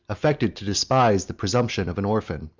affected to despise the presumption of an orphan,